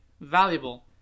valuable